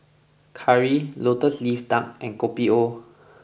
Curry Lotus Leaf Duck and Kopi O